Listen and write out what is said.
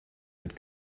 mit